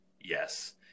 yes